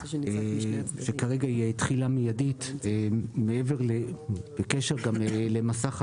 שכרגע היא תחילה מיידית וגם בקשר למסך הבערות,